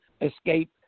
escape